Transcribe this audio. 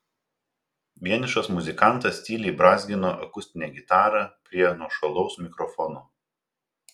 vienišas muzikantas tyliai brązgino akustinę gitarą prie nuošalaus mikrofono